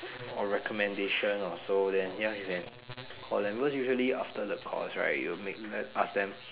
or recommendation or so then ya you can call them because usually after the calls right you make them ask them